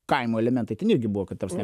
kaimo elementai ten irgi buvo kad ta prasme